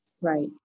Right